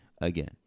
again